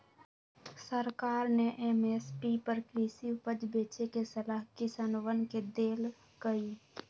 सरकार ने एम.एस.पी पर कृषि उपज बेचे के सलाह किसनवन के देल कई